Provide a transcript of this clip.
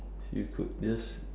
you could just